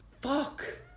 Fuck